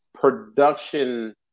production